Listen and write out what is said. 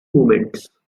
moments